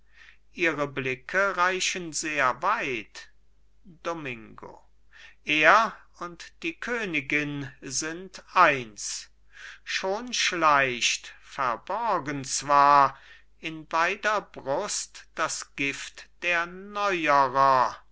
ihre blicke reichen sehr weit domingo er und die königin sind eins schon schleicht verborgen zwar in beider brust das gift der neuerer